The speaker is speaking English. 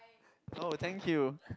oh thank you